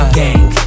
gang